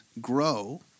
grow